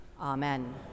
Amen